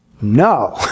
No